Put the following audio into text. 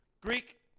Greek